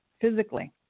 physically